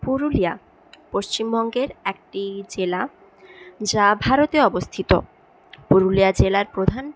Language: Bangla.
পুরুলিয়া পশ্চিমবঙ্গের একটি জেলা যা ভারতে অবস্থিত পুরুলিয়া জেলার প্রধান